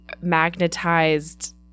magnetized